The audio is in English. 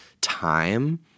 time